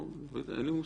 לא יודע, אין לי מושג.